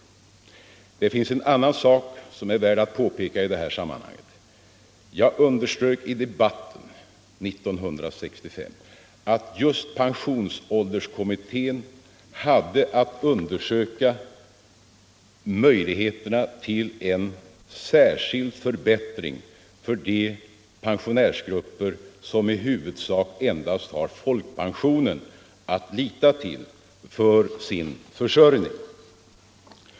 Det finns en annan sak som är värd att påpeka i detta sammanhang. Jag underströk i debatten 1965 att just pensionsförsäkringskommittén hade att undersöka möjligheterna till en särskild förbättring för de pensionärsgrupper som i huvudsak endast har folkpensionen att lita till för sin försörjning.